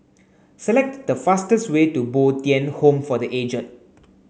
select the fastest way to Bo Tien Home for the Aged